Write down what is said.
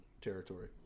territory